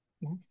yes